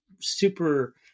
super